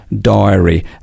diary